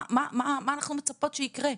מה אנחנו מצפות שיקרה?